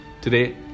today